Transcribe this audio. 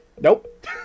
nope